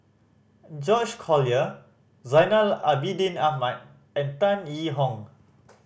George Collyer Zainal Abidin Ahmad and Tan Yee Hong